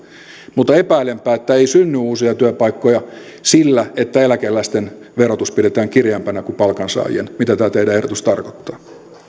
mutta epäilenpä että ei synny uusia työpaikkoja sillä että eläkeläisten verotus pidetään kireämpänä kuin palkansaajien mitä tämä teidän ehdotuksenne tarkoittaa